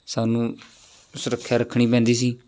ਸਾਨੂੰ ਸੁਰੱਖਿਆ ਰੱਖਣੀ ਪੈਂਦੀ ਸੀ